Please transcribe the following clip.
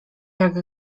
jak